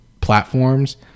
platforms